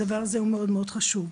הדבר הזה הוא מאוד מאוד חשוב.